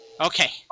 Okay